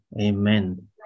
Amen